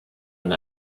und